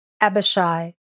Abishai